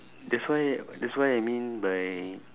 that's why that's why I mean by